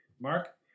Mark